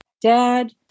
dad